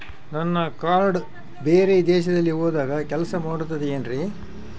ನನ್ನ ಕಾರ್ಡ್ಸ್ ಬೇರೆ ದೇಶದಲ್ಲಿ ಹೋದಾಗ ಕೆಲಸ ಮಾಡುತ್ತದೆ ಏನ್ರಿ?